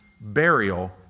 Burial